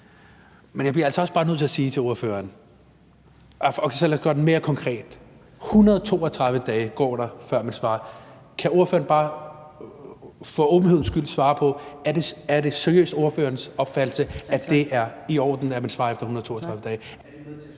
Men jeg bliver altså bare nødt til at sige noget til ordføreren. Lad os gøre det mere konkret. 132 dage går der, før man svarer. Kan ordføreren bare for åbenhedens skyld svare på, om det seriøst er ordførerens opfattelse, at det er i orden, at man svarer efter 132 dage?